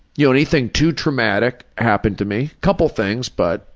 you know, anything too traumatic happen to me. couple things, but,